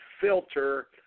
filter